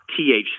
THC